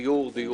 דיור.